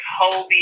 whole